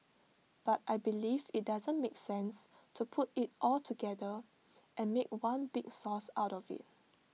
but I believe IT doesn't make sense to put IT all together and make one big sauce out of IT